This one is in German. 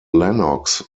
lennox